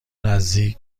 نزدیک